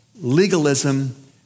legalism